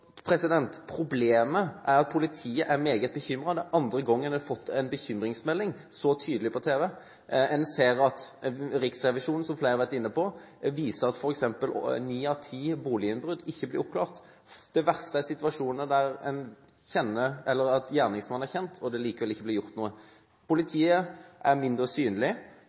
bekymringsmelding på tv. Riksrevisjonens rapport viser f.eks., som flere har vært inne på, at ni av ti boliginnbrudd ikke blir oppklart. Det verste er situasjonen der gjerningsmannen er kjent, og det likevel ikke blir gjort noe. Politiet er mindre synlig.